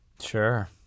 Sure